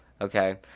okay